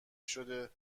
شده